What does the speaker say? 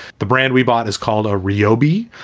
the brand we bought is called a reo b.